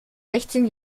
sechzehn